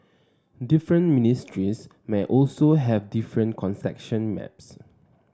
different ministries may also have different concession maps